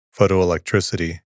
photoelectricity